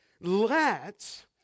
Let